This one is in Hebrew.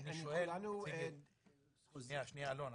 --- שנייה אלון.